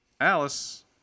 Alice